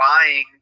buying